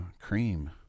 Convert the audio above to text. cream